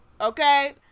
Okay